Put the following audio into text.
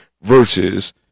versus